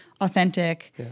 authentic